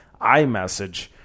iMessage